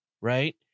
right